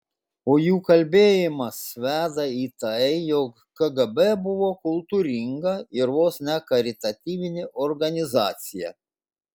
o jų kalbėjimas veda į tai jog kgb buvo kultūringa ir vos ne karitatyvinė organizacija